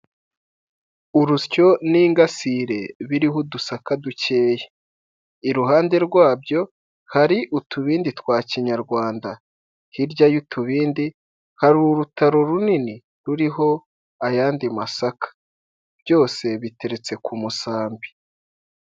Urusyo n'ingasire biriho udusaka dukeye iruhande rwabyo hari utubindi twa kinyarwanda hirya y'utubindi hari urutaro runini ruriho ayandi masaka byose biteretse ku musambi.